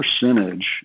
percentage